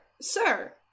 sir